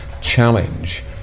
challenge